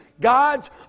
God's